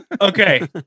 Okay